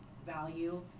value